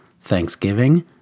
thanksgiving